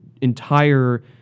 entire